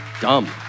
dumb